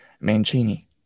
Mancini